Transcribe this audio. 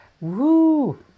woo